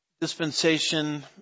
Dispensation